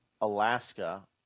Alaska